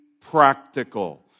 practical